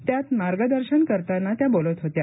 त्यात मार्गदर्शन करताना त्या बोलत होत्या